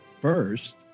first